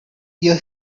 your